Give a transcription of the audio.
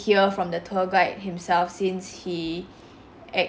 ~ar from the tour guide himself since he act~